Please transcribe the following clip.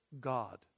God